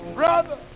brother